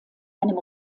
einem